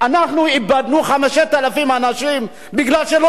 בגלל שלא היה להם מה לאכול מתו אנשים מרעב,